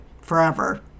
forever